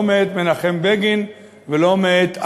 לא מאת מנחם בגין ולא מאת אחר,